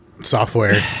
Software